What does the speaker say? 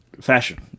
fashion